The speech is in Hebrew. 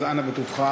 אז אנא בטובך,